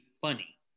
funny